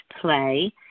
play